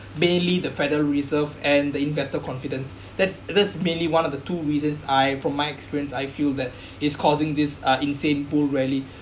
mainly the federal reserve and the investor confidence that's that's mainly one of the two reasons I from my experience I feel that it's causing these uh insane bull rally